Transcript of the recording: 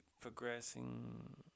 progressing